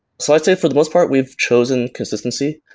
so i'd say for the most part we've chosen consistency,